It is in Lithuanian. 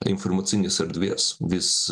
informacinės erdvės vis